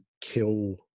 kill